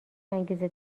انگیزه